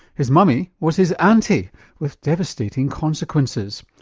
his mummy was his aunty with devastating consequences.